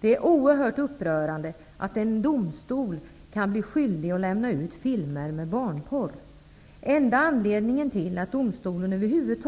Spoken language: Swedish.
Det är oerhört upprörande att en domstol kan bli skyldig att lämna ut filmer med barnporr. Enda anledningen till att domstolen över huvud